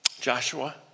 Joshua